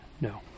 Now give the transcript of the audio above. No